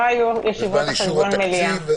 לא היו אז ישיבות על חשבון מליאה.